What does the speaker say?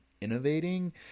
innovating